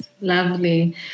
Lovely